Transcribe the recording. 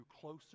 closer